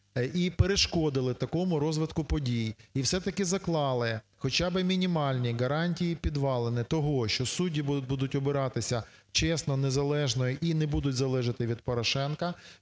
і перешкодили такому розвитку подій, і все-таки заклали хоча би мінімальні гарантії і підвалини того, що судді будуть обиратися чесно, незалежно і не будуть залежати від Порошенка,